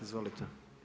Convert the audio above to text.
Izvolite.